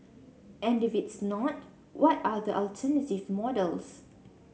and if it's not what are the alternative models